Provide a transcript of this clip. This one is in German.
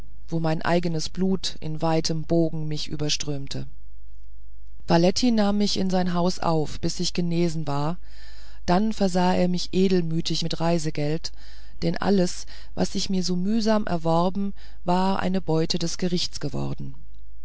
wo mein eigenes blut in weiten bogen mich überströmte valetty nahm mich in sein haus auf bis ich genesen war dann versah er mich edelmütig mit reisegeld denn alles was ich mir so mühsam erworben war eine beute des gerichts geworden